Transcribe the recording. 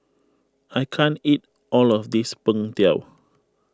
I can't eat all of this Png Tao